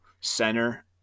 Center